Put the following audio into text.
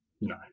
No